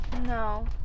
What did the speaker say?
no